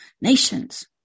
nations